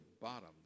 bottom